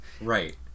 right